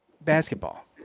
basketball